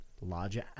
larger